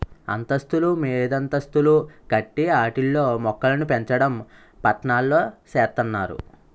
అంతస్తులు మీదంతస్తులు కట్టి ఆటిల్లో మోక్కలుపెంచడం పట్నాల్లో సేత్తన్నారు